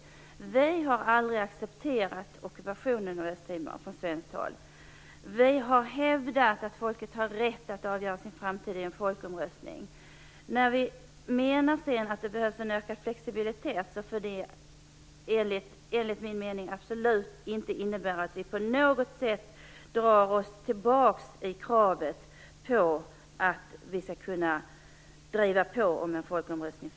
Vi har från svenskt håll aldrig accepterat ockupationen av Östtimor. Vi har hävdat att folket har rätt att avgöra sin framtid i en folkomröstning. När vi menar att det behövs en ökad flexibilitet, får det enligt min mening absolut inte innebära att vi på något sätt drar oss tillbaka i fråga om att vi skall driva på kravet på en folkomröstning.